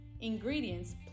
ingredients